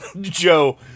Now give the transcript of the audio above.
Joe